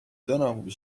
tänavu